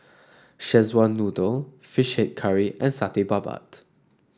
Szechuan Noodle Fish Head Curry and Satay Babat